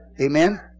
Amen